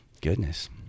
goodness